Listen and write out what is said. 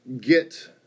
get